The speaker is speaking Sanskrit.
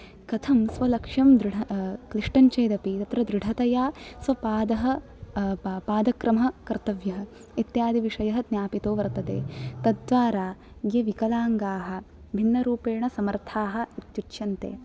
कथं स्वलक्ष्यं दृढं कष्टं चेदपि दृढतया स्वपादः पादक्रमः कर्तव्यः इत्यादिक्रमः ज्ञापितो वर्तते तद्वारा यदि विकलाङ्गाः भिन्नरूपेण समर्थाः इत्युच्यन्ते